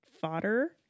fodder